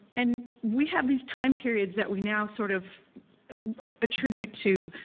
and we have these time periods that we now sort of attribute to